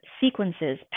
sequences